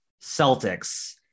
Celtics